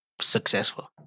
successful